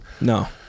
No